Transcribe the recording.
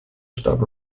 starb